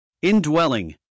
Indwelling